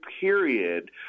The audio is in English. period